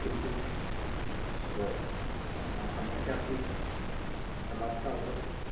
किन्तु तद् सा समस्या अपि समाप्ता अभवत्